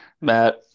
Matt